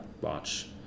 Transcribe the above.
watch